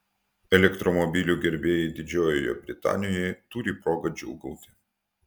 elektromobilių gerbėjai didžiojoje britanijoje turi progą džiūgauti